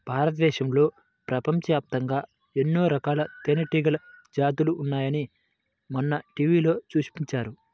భారతదేశంలో, ప్రపంచవ్యాప్తంగా ఎన్నో రకాల తేనెటీగల జాతులు ఉన్నాయని మొన్న టీవీలో చూపించారు